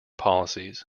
policies